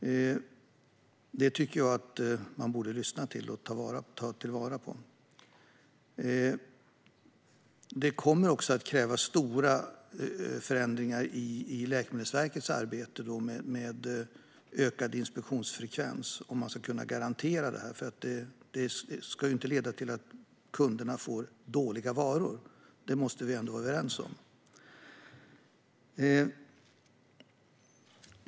Detta tycker jag att man borde lyssna på och ta till sig. Det kommer också att krävas stora förändringar av Läkemedelsverkets arbete i form av ökad inspektionsfrekvens om man ska kunna garantera detta. Det ska ju inte leda till att kunderna får dåliga varor. Det måste vi ändå vara överens om.